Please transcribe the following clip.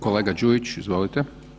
Kolega Đujić, izvolite.